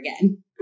again